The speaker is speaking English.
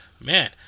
man